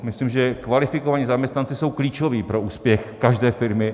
Myslím, že kvalifikovaní zaměstnanci jsou klíčoví pro úspěch každé firmy.